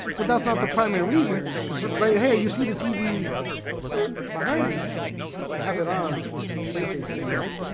but that's not the primary reason cuz right here you see the tv behind me. i have it on the playstations alright,